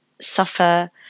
suffer